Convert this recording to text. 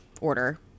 order